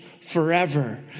forever